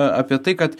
apie tai kad